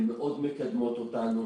הן מאוד מקדמות אותנו.